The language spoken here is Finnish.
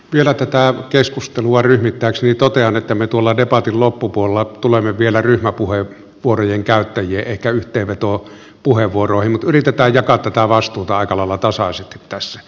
vielä tätä keskustelua rytmittääkseni totean että me tuolla debatin loppupuolella tulemme ehkä vielä ryhmäpuheenvuorojen käyttäjien yhteenvetopuheenvuoroihin mutta yritetään jakaa tätä vastuuta aika lailla tasaisesti tässä